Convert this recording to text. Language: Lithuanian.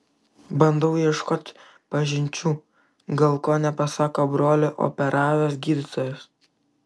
bandau ieškot pažinčių gal ko nepasako brolį operavęs gydytojas